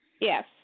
Yes